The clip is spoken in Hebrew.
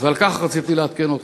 ובכך רציתי לעדכן אתכם.